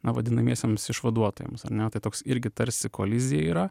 na vadinamiesiems išvaduotojams ar ne tai toks irgi tarsi kolizija yra